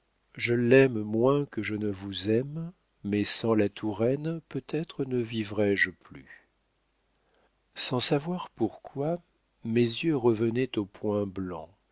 je l'aime moins que je ne vous aime mais sans la touraine peut-être ne vivrais-je plus sans savoir pourquoi mes yeux revenaient au point blanc